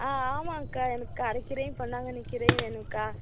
ஆ ஆமாம்க்கா எனக்கு அரை கீரையும் பொன்னாங்கன்னி கீரையும் வேணும்க்கா